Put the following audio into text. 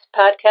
podcast